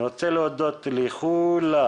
אני רוצה להודות לכולם,